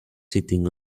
sitting